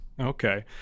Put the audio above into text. Okay